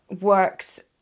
works